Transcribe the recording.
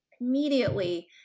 immediately